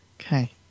Okay